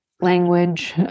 language